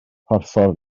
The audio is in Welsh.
porffor